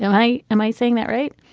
so why am i saying that right